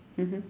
mmhmm